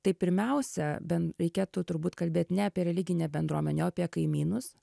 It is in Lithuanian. tai pirmiausia ben reikėtų turbūt kalbėt ne apie religinę bendruomenę o apie kaimynus